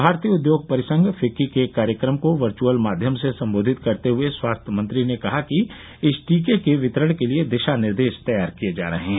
भारतीय उदयोग परिसंघ फिक्की के एक कार्यक्रम को वर्चअल माध्यम से संबोधित करते हुए स्वास्थ्य मंत्री ने कहा कि इस टीके के वितरण के लिए दिशा निर्देश तैयार किए जा रहे हैं